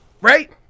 right